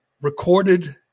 recorded